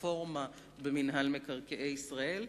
"הרפורמה במינהל מקרקעי ישראל".